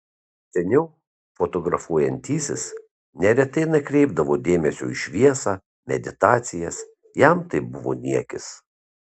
seniau fotografuojantysis neretai nekreipdavo dėmesio į šviesą meditacijas jam tai buvo niekis